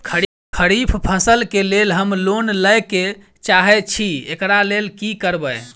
खरीफ फसल केँ लेल हम लोन लैके चाहै छी एकरा लेल की करबै?